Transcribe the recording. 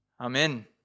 Amen